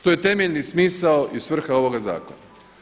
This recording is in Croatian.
To je temeljni smisao i svrha ovog zakona.